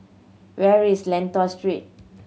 where is Lentor Street